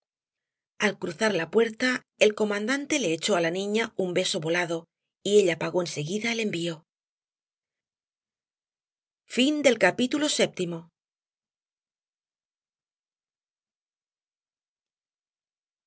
al cruzar la puerta el comandante le echó á la niña un beso volado y ella pagó en seguida el envío